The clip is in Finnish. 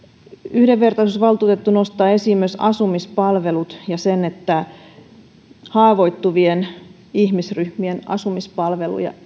yhdenvertaisuusvaltuutettu nostaa esiin myös asumispalvelut ja sen että haavoittuvien ihmisryhmien asumispalveluja